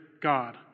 God